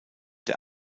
der